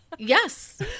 Yes